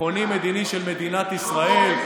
של מדינת ישראל.